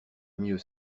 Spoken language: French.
mieux